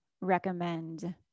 recommend